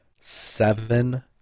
seven